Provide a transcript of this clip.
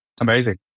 Amazing